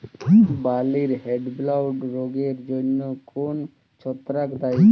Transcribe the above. বার্লির হেডব্লাইট রোগের জন্য কোন ছত্রাক দায়ী?